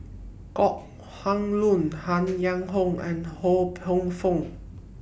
Kok Heng Leun Han Yong Hong and Ho Poh Fun